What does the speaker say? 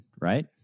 right